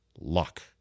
luck